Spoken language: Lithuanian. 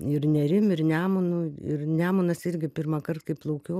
ir nerim ir nemunu ir nemunas irgi pirmąkart kai plaukiau